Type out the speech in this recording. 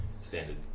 standard